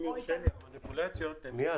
אם יורשה לי מניפולציות --- מיד,